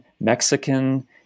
Mexican